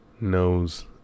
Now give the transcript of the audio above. knows